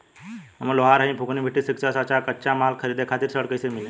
हम लोहार हईं फूंकनी भट्ठी सिंकचा सांचा आ कच्चा माल खरीदे खातिर ऋण कइसे मिली?